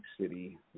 City